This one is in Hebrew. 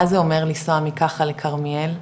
מה זה אומר לנסוע מכחל לכרמיאל?